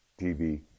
TV